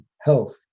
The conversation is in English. health